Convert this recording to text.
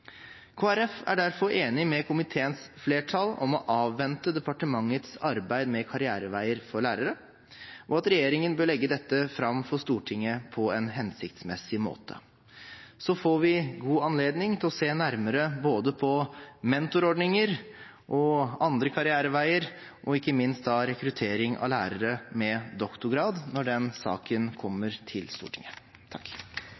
Folkeparti er derfor enig med komiteens flertall om å avvente departementets arbeid med karriereveier for lærere og at regjeringen bør legge dette fram for Stortinget på en hensiktsmessig måte. Så får vi god anledning til å se nærmere både på mentorordninger og andre karriereveier og ikke minst rekruttering av lærere med doktorgrad når den saken